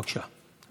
בבקשה,